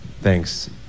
Thanks